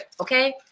okay